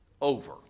over